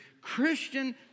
Christian